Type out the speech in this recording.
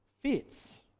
fits